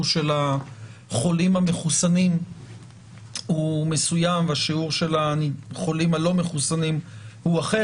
החולים המחוסנים הוא מסוים ושיעור החולים הלא מחוסנים הוא אחר